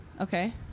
Okay